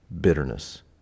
bitterness